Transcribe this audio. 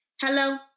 Hello